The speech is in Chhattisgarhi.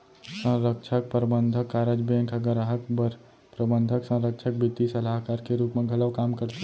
संरक्छक, परबंधक, कारज बेंक ह गराहक बर प्रबंधक, संरक्छक, बित्तीय सलाहकार के रूप म घलौ काम करथे